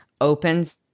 opens